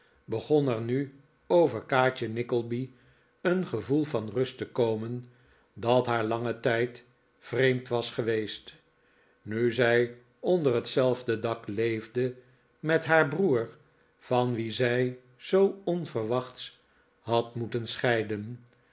begon er nu over kaatje nickleby een gevoel van rust te komen dat haar iangen tijd vreemd was geweest nu zij onder hetzelfde dak leefde met haar broer van wien zij zoo onverwachts had moeten scheiden